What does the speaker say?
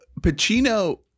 Pacino